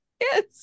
Yes